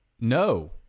No